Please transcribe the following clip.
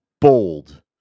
bold